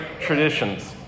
traditions